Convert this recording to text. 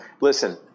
Listen